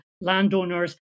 landowners